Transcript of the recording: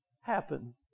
happen